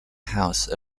house